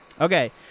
Okay